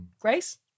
Grace